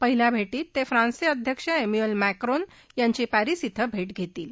पहिल्या भेटीत ते फ्रान्सचे अध्यक्ष इमॅन्यूएल मॅक्रोन यांची पॅरिस इथं भेट घेतील